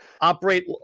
operate